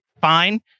fine